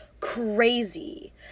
crazy